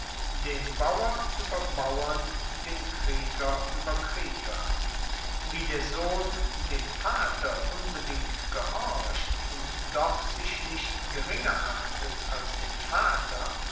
den bauer ueber bauern den krieger ueber krieger wie der sohn dem vater unbedingt gehorcht und doch sich nicht geringer achtet als den vater